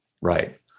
Right